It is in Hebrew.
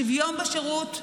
השוויון בשירות,